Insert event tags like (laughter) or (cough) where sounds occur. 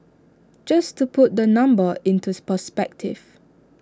just to put the number (unintelligible) perspective